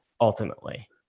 ultimately